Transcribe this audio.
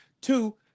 Two